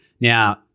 Now –